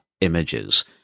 images